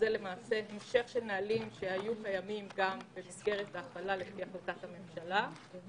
זה המשך של נהלים שהיו קיימים במסגרת ההפעלה בחוק שב"כ.